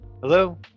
Hello